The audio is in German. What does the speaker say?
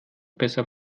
besser